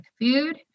food